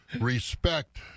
respect